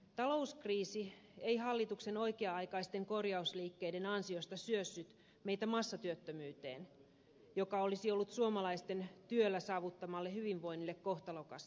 talouskriisi ei hallituksen oikea aikaisten korjausliikkeiden ansiosta syössyt meitä massatyöttömyyteen joka olisi ollut suomalaisten työllä saavuttamalle hyvinvoinnille kohtalokasta